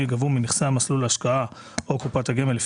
יגבו מנכסי מסלול ההשקעה או קופת הגמל,